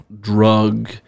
drug